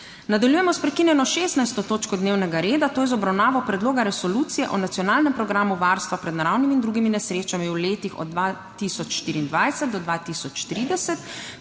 Nadaljujemo sprekinjeno 16. točko dnevnega reda, to je z obravnavo Predloga resolucije o Nacionalnem programu varstva pred naravnimi in drugimi nesrečami v letih od 2024 do 2030.